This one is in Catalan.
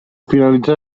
finalitzar